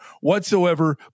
whatsoever